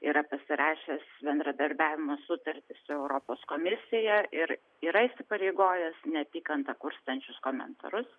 yra pasirašęs bendradarbiavimo sutartį su europos komisija ir yra įsipareigojęs neapykantą kurstančius komentarus